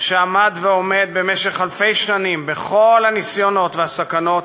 שעמד ועומד במשך אלפי שנים בכל הניסיונות והסכנות